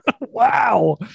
Wow